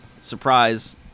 surprise